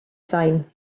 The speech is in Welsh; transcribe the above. sain